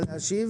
כדי להשפיע.